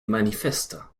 manifeste